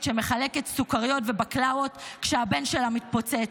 שמחלקת סוכריות ובקלאוות כשהבן שלה מתפוצץ.